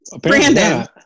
brandon